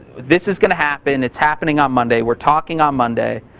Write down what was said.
this is gonna happen. it's happening on monday. we're talking on monday,